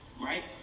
right